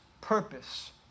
purpose